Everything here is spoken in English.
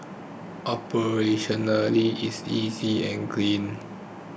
operationally it's easy and clean